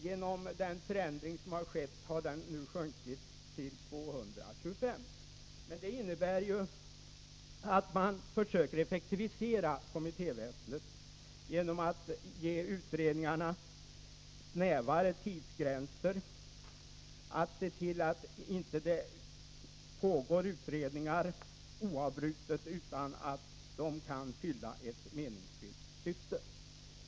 Genom den förändring som skett har antalet nu sjunkit till 225. Men det innebär ju att man försöker effektivisera kommittéväsendet genom att ge utredningarna snävare tidsgränser och genom att se till att utredningar inte pågår oavbrutet utan att de fyller ett meningsfullt syfte.